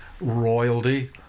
royalty